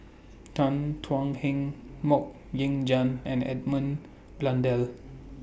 Tan Thuan Heng Mok Ying Jang and Edmund Blundell